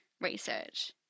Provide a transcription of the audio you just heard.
research